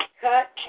cut